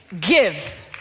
give